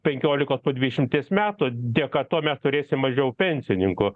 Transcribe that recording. penkiolikos po dvidešimties metų dėka to mes turėsim mažiau pensininkų